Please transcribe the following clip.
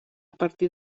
partir